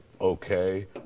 okay